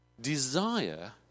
desire